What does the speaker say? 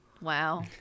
Wow